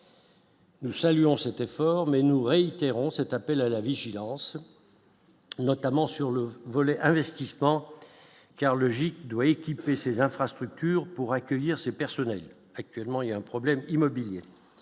Nous saluons s'était formés, nous réitérons cet appel à la vigilance. Notamment sur le volet investissement car logique doit équiper ses infrastructures pour accueillir ces personnels actuellement il y a un problème immobilier.